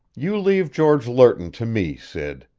you leave george lerton to me, sid.